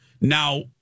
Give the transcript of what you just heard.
Now